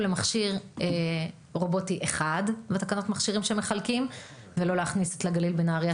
למכשיר רובוטי אחד שמחלקים בתקנות מכשירים,